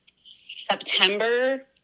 September